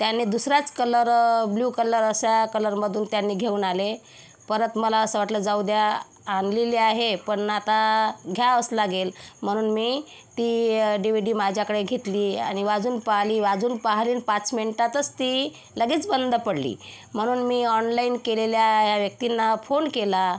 त्याने दुसराच colour blue colour अशा कलरमधून त्यांनी घेऊन आले परत मला असं वाटलं जाऊ द्या आणलेली आहे पण आता घ्यावंच लागेल म्हणून मी ती डी व्ही डी माझ्याकडे घेतली आणि वाजवून पाहिली वाजवून पाहिली आणि पाच मिनिटातच ती लगेच बंद पडली म्हणून मी ऑनलाईन केलेल्या या व्यक्तींना फोन केला